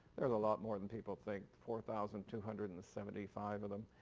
there's a lot more than people think, four thousand two hundred and seventy five of them,